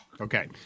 Okay